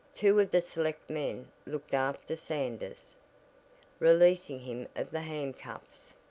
two of the selectmen looked after sanders, releasing him of the handcuffs,